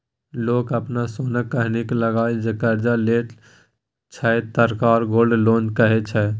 लोक अपन सोनकेँ बन्हकी लगाए जे करजा लैत छै तकरा गोल्ड लोन कहै छै